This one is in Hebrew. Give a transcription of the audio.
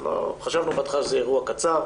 חשבנו בהתחלה שזה יהיה אירוע קצר,